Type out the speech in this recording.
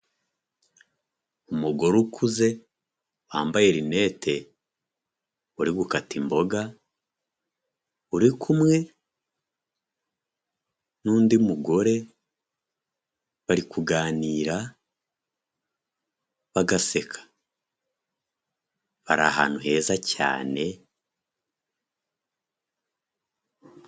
Umugore ukuze wambaye linete uri gukata imboga uri kumwe n'undi mugore barikuganira bagaseka bari ahantu heza cyane....